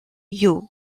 yue